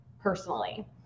personally